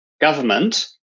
government